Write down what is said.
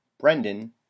brendan